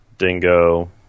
dingo